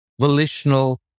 volitional